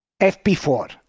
FP4